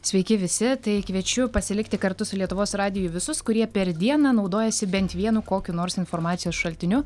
sveiki visi tai kviečiu pasilikti kartu su lietuvos radiju visus kurie per dieną naudojasi bent vienu kokiu nors informacijos šaltiniu